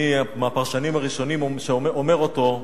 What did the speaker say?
מי מהפרשנים הראשונים אומר אותו,